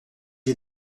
est